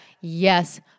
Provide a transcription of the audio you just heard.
yes